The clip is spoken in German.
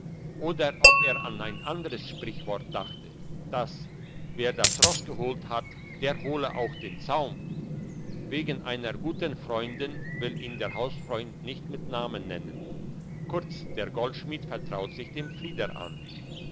oder ob er an ein anderes sprichwort dachte dass wer das ross geholt hat der hole auch den zaum wegen einer guten freundin will ihn der hausfreund nicht mit namen nennen kurz der goldschmied vertraut sich dem frieder an